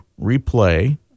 replay